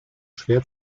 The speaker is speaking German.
schwer